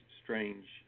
strange